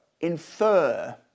infer